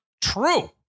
true